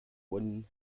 wooden